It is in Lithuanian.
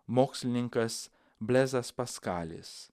mokslininkas blezas paskalis